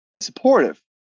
supportive